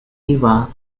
era